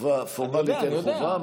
פורמלית אין חובה.